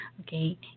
Okay